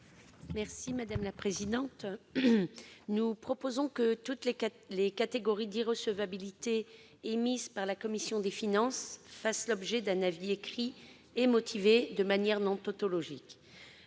Mme Cathy Apourceau-Poly. Nous proposons que toutes les catégories d'irrecevabilité émises par la commission des finances fassent l'objet d'un avis écrit et motivé de manière non tautologique.